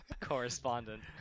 correspondent